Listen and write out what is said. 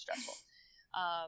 stressful